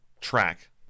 track